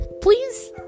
Please